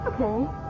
Okay